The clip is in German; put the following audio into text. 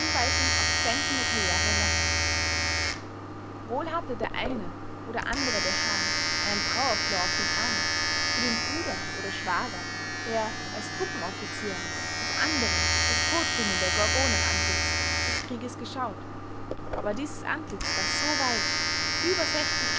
auf glänzende karriere in der hand wohl hatte der eine oder andere der herren einen trauerflor auf dem ärmel für den bruder oder schwager der als truppenoffizier das andere das todbringende gorgonenantlitz des krieges geschaut aber dieses antlitz war so weit über